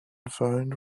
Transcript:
found